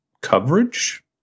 coverage